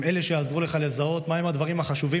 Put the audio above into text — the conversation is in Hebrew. הם אלה שעזרו לך לזהות מהם הדברים החשובים